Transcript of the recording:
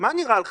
מה נראה לך?